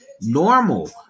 normal